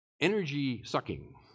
energy-sucking